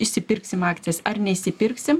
išsipirksim akcijas ar neišsipirksim